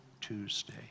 Tuesday